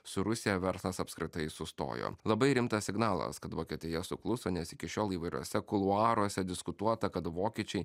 su rusija verslas apskritai sustojo labai rimtas signalas kad vokietija sukluso nes iki šiol įvairiose kuluaruose diskutuota kad vokiečiai